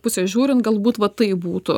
pusės žiūrint galbūt va taip būtų